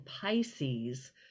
pisces